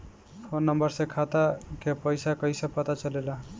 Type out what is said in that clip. Phone number से खाता के पइसा कईसे पता चलेला?